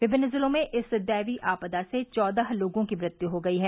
विभिन्न जिलों में इस दैवी आपदा से चौदह लोगों की मृत्यु हो गयी है